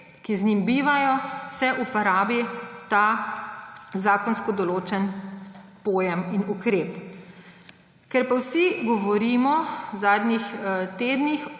ki z njim bivajo, se uporabi ta zakonsko določen pojem in ukrep. Ker pa vsi govorimo v zadnjih tednih